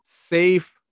safe